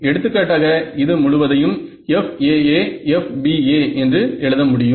எடுத்துக்காட்டாக இது முழுவதையும் FAA FBA என்று எழுத முடியும்